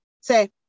say